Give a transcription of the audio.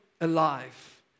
alive